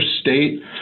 state